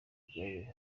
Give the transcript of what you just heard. kagame